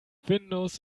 windows